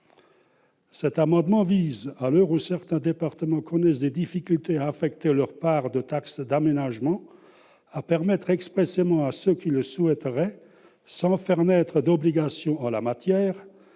Cet amendement vise, à l'heure où certains départements connaissent des difficultés à affecter leur part de taxe d'aménagement, à permettre expressément à ceux qui le souhaiteraient, sans faire naître d'obligation en la matière